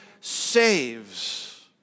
saves